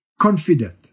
confident